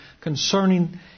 concerning